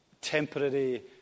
temporary